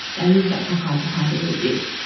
i use that to hide behind a little bit.